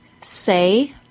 Say